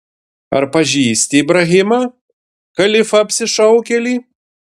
ar pažįsti ibrahimą kalifą apsišaukėlį